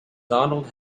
donald